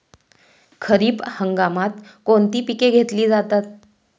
खरीप हंगामात कोणती पिके घेतली जातात?